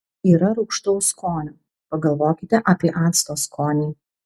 yra rūgštaus skonio pagalvokite apie acto skonį